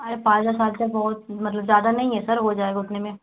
अरे पाँच हज़ार सात हज़ार बहुत मतलब ज़्यादा नहीं हैं सर हो जाएगा उतने में